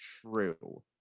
true